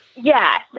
Yes